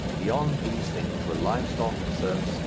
beyond these things were live-stock, serfs,